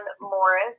Morris